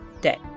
day